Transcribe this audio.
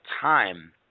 time –